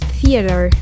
Theater